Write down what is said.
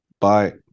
bye